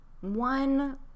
one